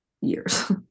years